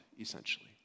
essentially